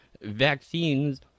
vaccines